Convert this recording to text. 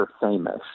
famous